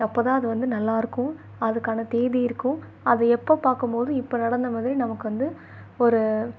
அப்போதான் அது வந்து நல்லா இருக்கும் அதுக்கான தேதி இருக்கும் அதை எப்போ பார்க்கும்போதும் இப்போ நடந்த மாதிரி நமக்கு வந்து ஒரு